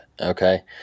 okay